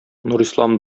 нурислам